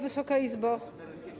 Wysoka Izbo!